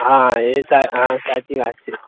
હા એ હા સાચી વાત છે